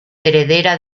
heredera